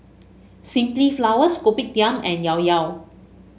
Simply Flowers Kopitiam and Llao Llao